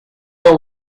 know